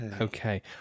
Okay